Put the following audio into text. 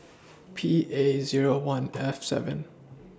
P A Zero one F seven